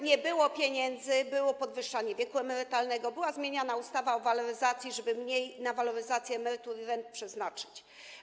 nie było pieniędzy, było podwyższanie wieku emerytalnego, była zmieniana ustawa o waloryzacji, żeby mniej na waloryzację emerytur i rent przeznaczyć.